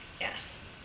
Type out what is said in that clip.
Yes